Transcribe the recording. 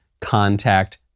contact